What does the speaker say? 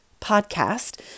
podcast